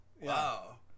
Wow